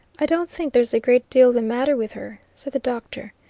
i don't think there's a great deal the matter with her, said the doctor.